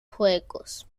juegos